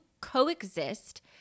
coexist